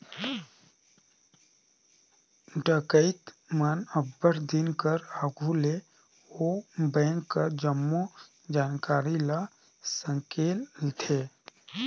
डकइत मन अब्बड़ दिन कर आघु ले ओ बेंक कर जम्मो जानकारी ल संकेलथें